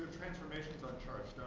transformations on charts,